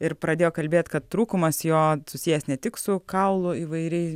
ir pradėjo kalbėt kad trūkumas jo susijęs ne tik su kaulų įvairiai